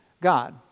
God